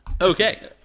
Okay